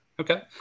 Okay